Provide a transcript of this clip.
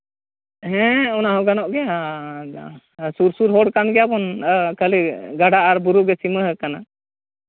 ᱦᱮᱸ ᱚᱱᱟ ᱦᱚᱸ ᱜᱟᱱᱚᱜ ᱜᱮᱭᱟ ᱟᱨ ᱥᱩᱨ ᱥᱩᱨ ᱦᱚᱲ ᱠᱟᱱ ᱜᱮᱭᱟᱵᱚᱱ ᱟᱨ ᱠᱷᱟᱹᱞᱤ ᱜᱟᱰᱟ ᱟᱨ ᱵᱩᱨᱩᱜᱮ ᱥᱤᱢᱟᱹ ᱟᱠᱟᱱᱟ